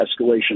escalation